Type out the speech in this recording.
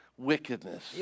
wickedness